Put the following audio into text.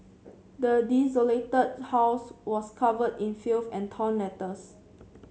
the desolated house was covered in filth and torn letters